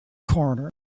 corner